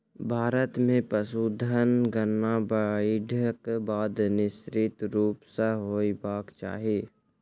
भारत मे पशुधन गणना बाइढ़क बाद निश्चित रूप सॅ होयबाक चाही